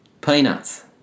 Peanuts